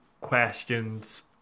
questions